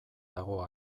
dago